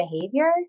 behavior